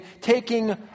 taking